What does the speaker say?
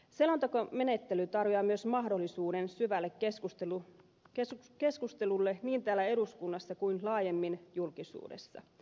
selontekomenettely tarjoaa myös mahdollisuuden syvälle keskustelulle niin täällä eduskunnassa kuin laajemmin julkisuudessa